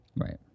Right